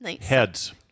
Heads